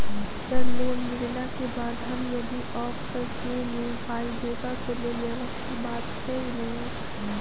Sir loan मिलला केँ बाद हम यदि ऑफक केँ मे पाई देबाक लैल व्यवस्था बात छैय नै?